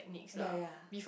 ya ya